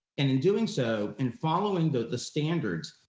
and in doing so, and following the standards,